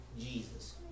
Jesus